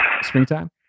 springtime